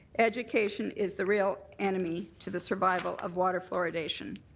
education is the real enemy to the survival of water fluoridation.